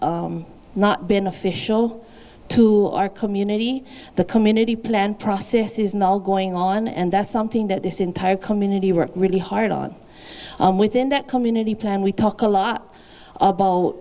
not beneficial to our community the community plan process is now going on and that's something that this entire community work really hard on and within that community plan we talk a lot about